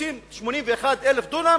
שתופסים 81,000 דונם,